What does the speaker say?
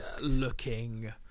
looking